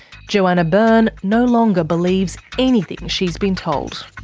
johanna byrne no longer believes anything she's been told.